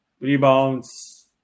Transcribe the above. rebounds